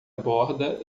borda